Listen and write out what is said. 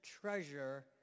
treasure